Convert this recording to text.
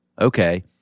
okay